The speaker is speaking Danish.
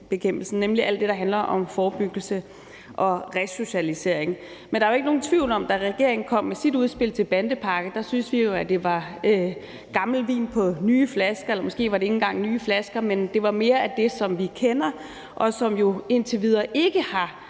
nemlig alt det, der handler om forebyggelse og resocialisering. Men der er jo ikke nogen tvivl om, at da regeringen kom med sit udspil til bandepakken, syntes vi, at det var gammel vin på nye flasker, eller måske var det ikke engang nye flasker, men det var mere af det, som vi kender, og som jo indtil videre ikke har